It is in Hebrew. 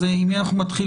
אז עם מי אנחנו מתחילים?